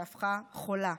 שהפכה חולה,